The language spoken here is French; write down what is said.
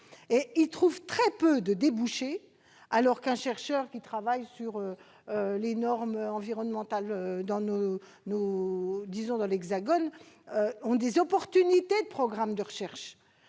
Or ils trouvent très peu de débouchés, alors qu'un chercheur qui travaille sur les normes environnementales dans l'Hexagone a des opportunités. Il faut donc que